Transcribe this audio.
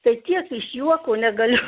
tai tiek iš juoko negaliu